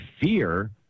fear